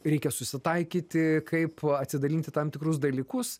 reikia susitaikyti kaip atsidalinti tam tikrus dalykus